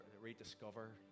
rediscover